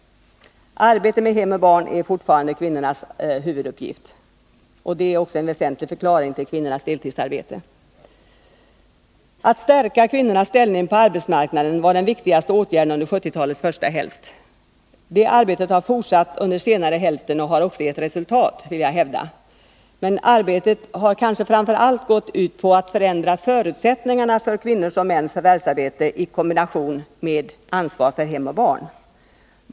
Arbetet med hem och barn är fortfarande kvinnans huvuduppgift. Det är en väsentlig förklaring till kvinnors deltidsarbete. Att stärka kvinnornas ställning på arbetsmarknaden var den viktigaste åtgärden under 1970-talets första hälft. Det arbetet har fortsatt under senare hälften av årtiondet och har också gett resultat, vill jag hävda, men arbetet har kanske framför allt gått ut på att förändra förutsättningarna för kvinnors och mäns förvärvsarbete i kombination med ansvar för hem och barn.